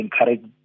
encourage